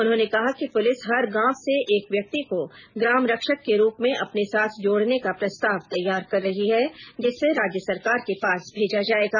उन्होंने कहा कि पुलिस हर गांव से एक व्यक्ति को ग्राम रक्षक के रूप में अपने साथ जोडने का प्रस्ताव तैयार कर रही है जिसे राज्य सरकार के पास भेजा जायेगा